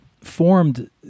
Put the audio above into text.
formed